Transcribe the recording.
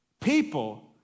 people